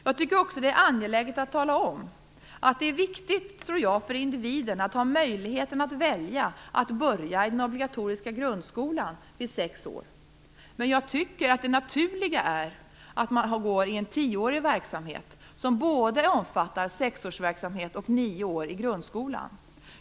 Jag tycker också att det är angeläget att tala om att jag tror att det viktigt för individen att ha möjligheten att välja att börja i den obligatoriska grundskolan vid sex år. Men jag tycker att det naturliga är att man går i en tioårig verksamhet som både omfattar sexårsverksamhet och nio år i grundskolan.